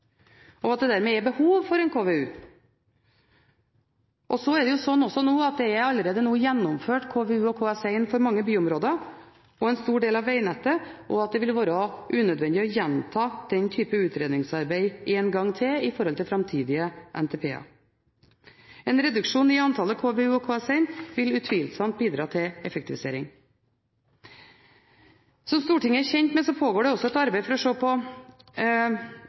og at det dermed er behov for en KVU. Så er det jo slik at det allerede er gjennomført KVU og KS1 for mange byområder og en stor del av vegnettet, og at det vil være unødvendig å gjenta den type utredningsarbeid en gang til i forbindelse med framtidige NTP-er. En reduksjon i antallet KVU og KS1 vil utvilsomt bidra til effektivisering. Som Stortinget er kjent med, pågår det også et arbeid for å se på